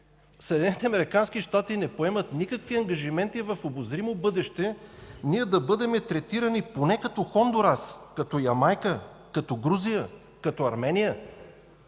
щати не поемат никакви ангажименти в обозримо бъдеще ние да бъдем третирани поне като Хондурас, като Ямайка, като Грузия, като Армения.